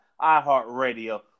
iHeartRadio